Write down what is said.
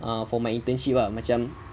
err for my internship ah macam